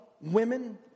women